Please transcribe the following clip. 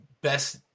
best